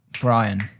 Brian